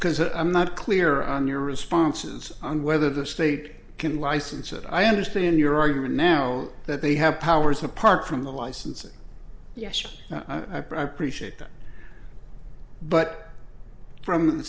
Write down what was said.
because i'm not clear on your responses on whether the state can license it i understand your argument now that they have powers apart from the licensing appreciate them but from the